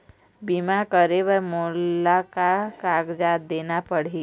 बीमा करे बर मोला का कागजात देना पड़ही?